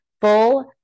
full